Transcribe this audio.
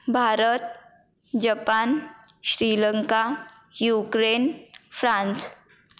Bharat Japan Sri Lanka Ukraine France